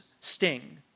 sting